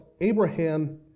Abraham